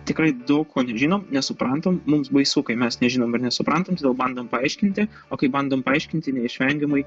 tikrai daug ko nežinom nesuprantam mums baisu kai mes nežinom ir nesuprantam todėl bandom paaiškinti o kai bandom paaiškinti neišvengiamai